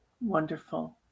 Wonderful